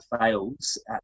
fails